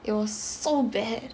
it was so bad